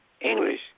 English